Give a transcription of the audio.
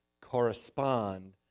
correspond